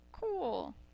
cool